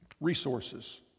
resources